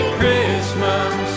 Christmas